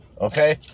Okay